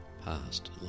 past